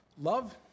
Love